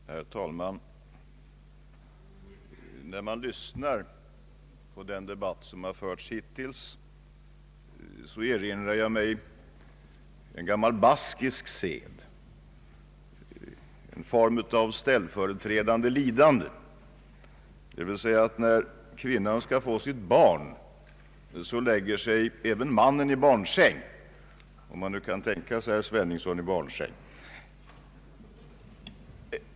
Herr talman! När jag lyssnat till den debatt som förts hittills har jag erinrat mig en gammal baskisk sed, en form av ställföreträdande lidande. När kvinnan skall föda sitt barn lägger sig även mannen i barnsäng — om man nu kan tänka sig herr Sveningsson i en barnsäng.